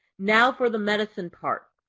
now for the medicine part.